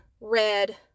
red